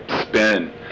Spin